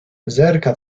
zerka